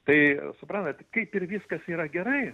tai suprantat kaip ir viskas yra gerai